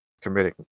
committing